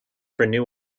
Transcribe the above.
renew